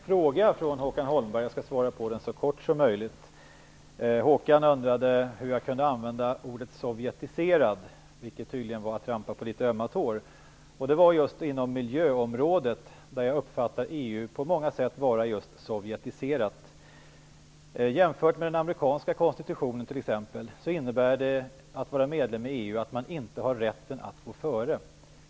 Fru talman! Jag fick en direkt fråga från Håkan Holmberg. Jag skall svara på den så kort som möjligt. Håkan Holmberg undrade hur jag kunde använda ordet "sovjetiserat", vilket tydligen var att trampa på en öm tå. Det gällde miljöområdet, där jag uppfattar EU på många sätt vara just "sovjetiserat". Jämfört med t.ex. den amerikanska konstitutionen innebär medlemskapet i EU att man inte har rätten att gå före.